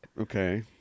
Okay